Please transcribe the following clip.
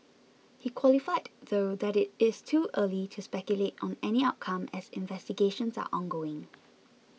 he qualified though that it is too early to speculate on any outcome as investigations are ongoing